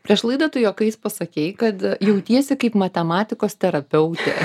prieš laidą tu juokais pasakei kad jautiesi kaip matematikos terapeutė